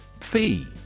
Fee